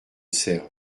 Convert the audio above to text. serve